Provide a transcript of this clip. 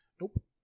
Nope